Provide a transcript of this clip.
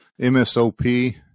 MSOP